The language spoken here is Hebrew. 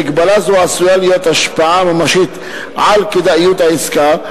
למגבלה זו עשויה להיות השפעה ממשית על כדאיות העסקה.